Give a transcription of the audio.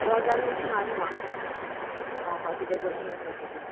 रोजा बी अशी म्हारग हांव रावपाची डेकोरेशन करपाची बी